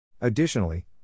Additionally